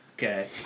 Okay